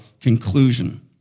conclusion